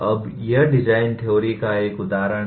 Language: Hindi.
अब यह डिजाइन थ्योरी का एक उदाहरण है